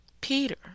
Peter